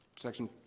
Section